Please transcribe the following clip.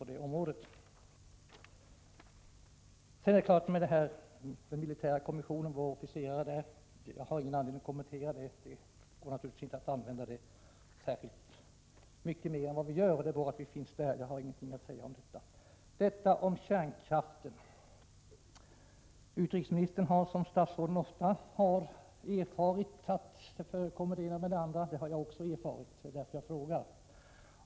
I fråga om den militära kommissionen och vår officer där har jag ingen anledning att göra någon kommentar. Det går naturligtvis inte att använda kommissionen särskilt mycket mer än vad vi gör. Det gäller att vi finns där, och jag har inget mer att säga om det. Sedan till detta om kärnkraften. Utrikesministern har erfarit att det har förekommit det ena och det andra. Det har också jag erfarit, och det är därför jag frågar.